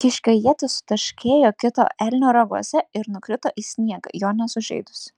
kiškio ietis sutarškėjo kito elnio raguose ir nukrito į sniegą jo nesužeidusi